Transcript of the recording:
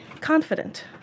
confident